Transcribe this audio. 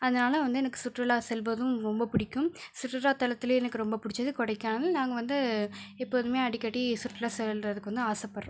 அதனால் வந்து எனக்கு சுற்றுலா செல்வதும் ரொம்ப பிடிக்கும் சுற்றுலா தலத்திலேயே எனக்கு ரொம்ப பிடிச்சது கொடைக்கானல் நாங்கள் வந்து எப்போதுமே அடிக்கடி சுற்றுலா செல்வ தற்கு வந்து ஆசைப்படறோம்